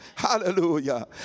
Hallelujah